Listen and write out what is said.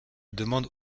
demande